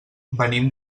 venim